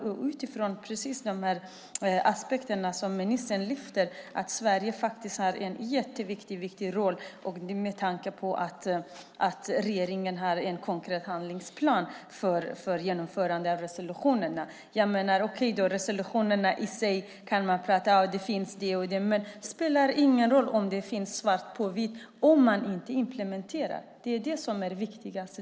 Det handlar om de aspekter som ministern lyfter fram. Sverige har en jätteviktig roll med tanke på att regeringen har en konkret handlingsplan för genomförande av resolutionerna. Man kan tala om resolutionerna i sig och säga att det finns det och det. Men det spelar ingen roll att det finns svart på vitt om man inte genomför dem. Det är det viktigaste.